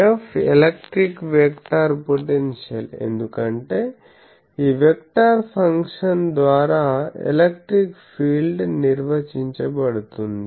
F electric vector potential ఎందుకంటే ఈ vector function ద్వారా ఎలక్ట్రిక్ ఫీల్డ్ నిర్వచించబడుతుంది